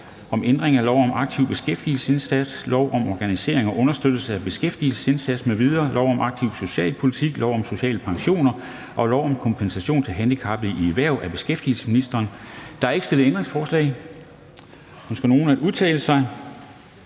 om ændring af lov om en aktiv beskæftigelsesindsats, lov om organisering og understøttelse af beskæftigelsesindsatsen m.v., lov om aktiv socialpolitik, lov om social pension og lov om kompensation til handicappede i erhverv m.v. (Bedre ressourceforløb m.v.). Af beskæftigelsesministeren (Peter